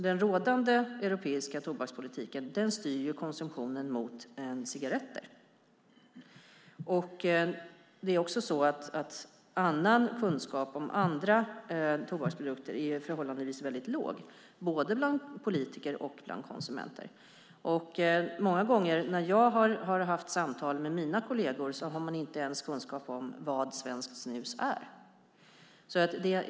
Den rådande europeiska tobakspolitiken styr konsumtionen mot cigaretter. Kunskapen om andra tobaksprodukter är förhållandevis väldigt låg, både bland politiker och bland konsumenter. Många gånger när jag haft samtal med mina kolleger har de inte ens haft kunskap om vad svenskt snus är.